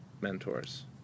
mentors